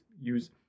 use